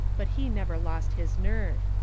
but he never lost his nerve.